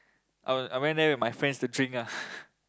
I I went there with my friends to drink ah